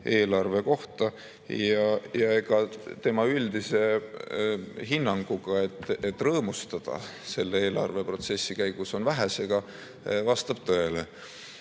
eelarve kohta. Ja ka tema üldine hinnang, et rõõmustada selle eelarveprotsessi käigus on vähese üle, vastab tõele. Meie